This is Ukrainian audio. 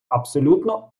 абсолютно